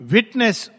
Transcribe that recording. Witness